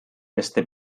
beste